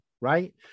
right